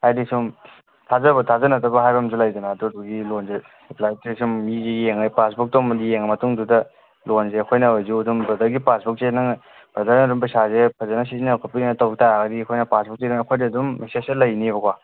ꯍꯥꯏꯕꯗꯤ ꯁꯨꯝ ꯊꯥꯖꯕ ꯊꯥꯖꯅꯗꯕ ꯍꯥꯏꯕ ꯑꯃꯁꯨ ꯂꯩꯗꯅ ꯑꯗꯨꯗꯨꯒꯤ ꯂꯣꯟꯁꯦ ꯑꯦꯄ꯭ꯂꯥꯏꯁꯦ ꯁꯨꯝ ꯃꯤꯁꯦ ꯌꯦꯡꯂꯒ ꯄꯥꯁꯕꯨꯛꯇꯣ ꯌꯦꯡꯂꯕ ꯃꯇꯨꯡꯗꯨꯗ ꯂꯣꯟꯁꯦ ꯑꯩꯈꯣꯏꯅ ꯑꯣꯏꯔꯁꯨ ꯑꯗꯨꯝ ꯕ꯭ꯔꯗꯔꯒꯤ ꯄꯥꯁꯕꯨꯛꯁꯦ ꯅꯪ ꯕ꯭ꯔꯗꯔꯅ ꯑꯗꯨꯝ ꯄꯩꯁꯥꯁꯦ ꯐꯖꯅ ꯁꯤꯖꯤꯟꯅꯕ ꯈꯣꯠꯄꯤꯗꯅ ꯇꯧꯕ ꯇꯥꯔꯒꯗꯤ ꯑꯩꯈꯣꯏꯅ ꯄꯥꯁꯕꯨꯛꯁꯦ ꯑꯗꯨꯝ ꯑꯩꯈꯣꯏꯗ ꯑꯗꯨꯝ ꯃꯦꯁꯦꯁꯁꯦ ꯂꯩꯅꯦꯕꯀꯣ